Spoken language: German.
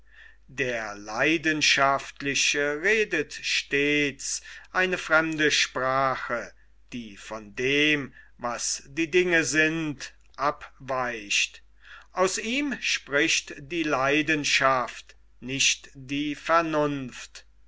der leidenschaftliche redet stets eine fremde sprache die von dem was die dinge sind abweicht aus ihm spricht die leidenschaft nicht die vernunft